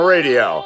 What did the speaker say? Radio